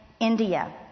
India